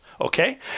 okay